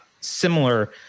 similar